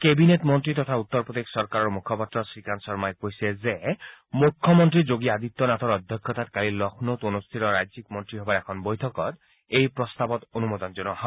cabinet মন্ত্ৰী তথা উত্তৰ প্ৰদেশ চৰকাৰৰ মুখপাত্ৰ শ্ৰীকান্ত শৰ্মাই কৈছে যে মুখ্যমন্ত্ৰী যোগী আদিত্য নাথৰ অধ্যক্ষতাত কালি লক্ষ্ণৌত অনূষ্ঠিত ৰাজ্যিক মন্ত্ৰী সভাৰ এখন বৈঠকত এই প্ৰস্তাৱত অনুমোদন জনোৱা হয়